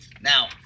Now